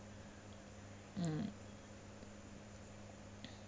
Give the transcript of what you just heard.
mm